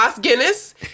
Guinness